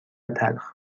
تلخ